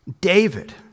David